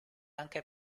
anche